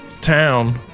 town